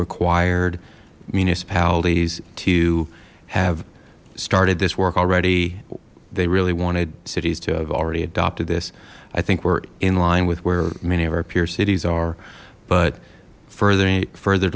required municipalities to have started this work already they really wanted cities to have already adopted this i think we're in line with where many of our peer cities are but further a further